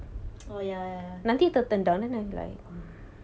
oh ya ya ya